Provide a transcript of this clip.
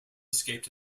escaped